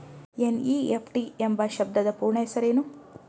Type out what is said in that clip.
NEFT ಎಂಬ ಶಬ್ದದ ಪೂರ್ಣ ಹೆಸರೇನು?